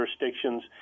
jurisdictions